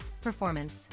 performance